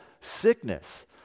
sickness